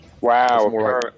Wow